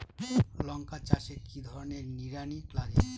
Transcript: লঙ্কা চাষে কি ধরনের নিড়ানি লাগে?